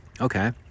Okay